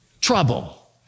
Trouble